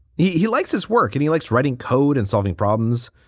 he he likes his work and he likes writing code and solving problems.